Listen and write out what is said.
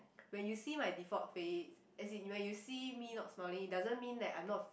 when you see my default face as in when you see me not smiling it doesn't mean that I'm not